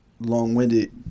long-winded